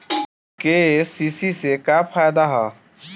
KCC से का फायदा ह?